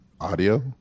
audio